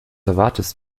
erwartest